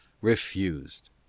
refused